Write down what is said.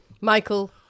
Michael